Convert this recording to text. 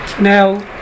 Now